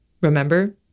Remember